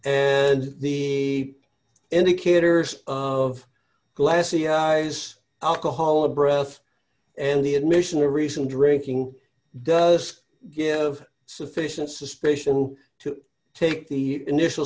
and the indicators of glassy eyes alcohol a breath and the admission of reason drinking does give sufficient suspicion to take the initial